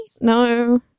No